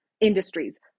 industries